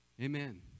Amen